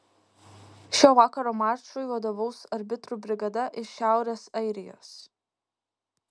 šio vakaro mačui vadovaus arbitrų brigada iš šiaurės airijos